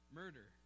murder